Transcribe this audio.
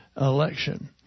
election